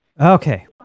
Okay